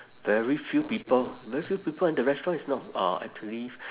very few people very few people in the restaurant it's not uh actually